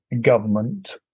government